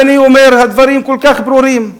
ואני אומר: הדברים כל כך ברורים,